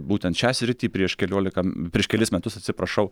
būtent šią sritį prieš keliolika prieš kelis metus atsiprašau